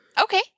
okay